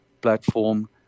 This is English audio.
platform